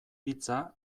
hitza